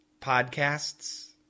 podcasts